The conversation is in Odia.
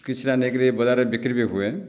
କିଛିଟା ନେଇକିରି ବଜାରରେ ବିକ୍ରି ବି ହୁଏ